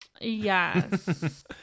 Yes